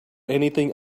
anything